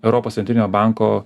europos centrinio banko